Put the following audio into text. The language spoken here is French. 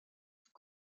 tout